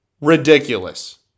ridiculous